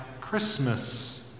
Christmas